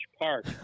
Park